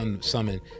summon